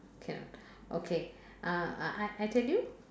can okay uh I I I tell you